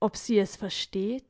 ob sie es versteht